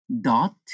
dot